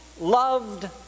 loved